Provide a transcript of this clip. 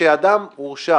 כשאדם הורשע